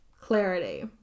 clarity